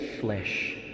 flesh